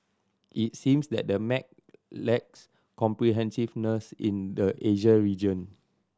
it seems that the map lacks comprehensiveness in the Asia region